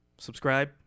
Subscribe